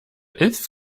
elf